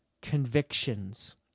convictions